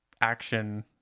action